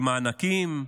במענקים,